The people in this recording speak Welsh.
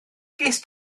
gest